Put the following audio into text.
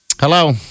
Hello